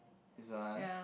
this one